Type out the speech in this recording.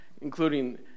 including